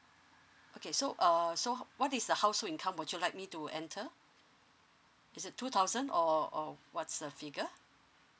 okay so uh so what is the household income would you like me to enter is it two thousand or or what's a figure